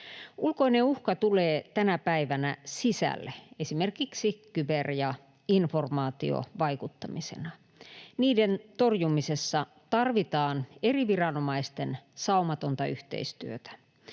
Ulkoinen uhka tulee tänä päivänä sisälle esimerkiksi kyber- ja informaatiovaikuttamisena. Niiden torjumisessa tarvitaan eri viranomaisten saumatonta yhteistyötä.